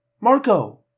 Marco